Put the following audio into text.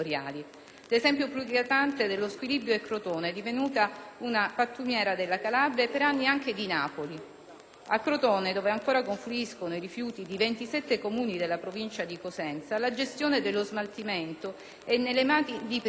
L'esempio più eclatante dello squilibro è Crotone, divenuta la pattumiera della Calabria e per anni anche di Napoli. A Crotone, dove ancora confluiscono i rifiuti di 27 comuni della provincia di Cosenza, la gestione dello smaltimento è nelle mani di privati